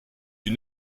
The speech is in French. une